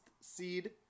seed